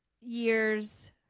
years